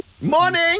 Morning